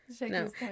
No